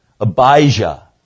Abijah